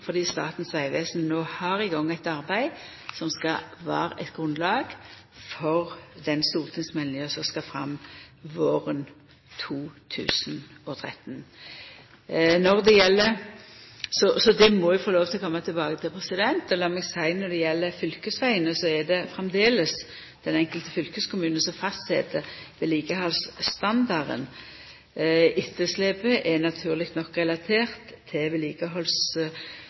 Statens vegvesen har no sett i gang eit arbeid som skal vera eit grunnlag for den stortingsmeldinga som skal leggjast fram våren 2013. Så det må eg få lov til å koma tilbake til. Og lat meg seia at når det gjeld fylkesvegane, er det framleis den enkelte fylkeskommunen som fastset vedlikehaldsstandarden. Etterslepet er naturleg nok relatert til